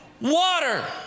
Water